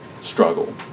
struggle